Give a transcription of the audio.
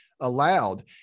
allowed